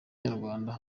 nyarwanda